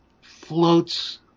floats